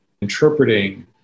interpreting